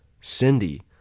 Cindy